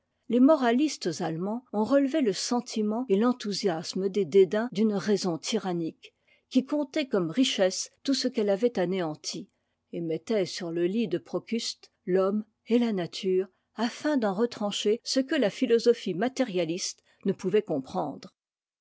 les moralistes allemands ont relevé le sentiment et l'enthousiasme des dédains d'une raison tyrannique qui comptait comme richesse tout ce qu'elle avait anéanti et mettait sur le lit de proeuste l'homme et la nature afin d'en retrancher ce que la philosophie matérialiste ne pouvait comprendre